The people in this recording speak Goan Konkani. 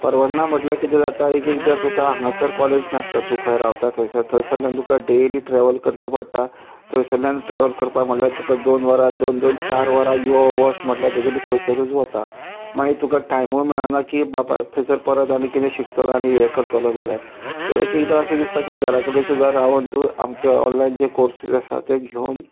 परवडना म्हटल्या कितें जाता एक एक धर तुका हांगासर कॉलेज नासता तूं खंय रावता थंयसर थंयसल्ल्यान तुका डेली ट्रॅवल करचें पडटा थंयसल्ल्यान ट्रॅवल करपा म्हळ्ळ्या तुका दोन वरां दोन दोन चार वरां यो वस म्हटल्या तुगेलीं थंयसरूच वता मागीर तुका टायमूय मेळाना की बाबा थंयसर परत आनी कितें शिकतलो आनी हें करतलो जाल्यार सो एक एकदां अशें दिसता की घरा कडेन सुद्दां रावून तूं आमचे ऑनलायन जे कोर्सीस आसा ते घेवन